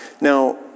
Now